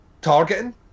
targeting